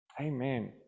Amen